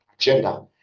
agenda